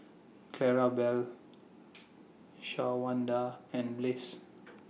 Clarabelle Shawanda and Bliss